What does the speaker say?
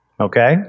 okay